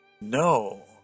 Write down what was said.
No